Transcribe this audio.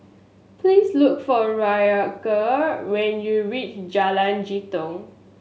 please look for Ryker when you reach Jalan Jitong